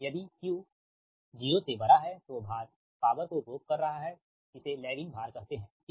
यदि Q 0है तो भार पॉवर को उपभोग कर रहा हैइसे लैगिंग भार कहते है ठीक